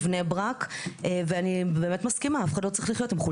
בטוח שגם האופוזיציה תתמוך.